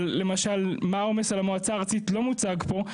אבל למשל מה העומס על המועצה הארצית לא מוצג פה.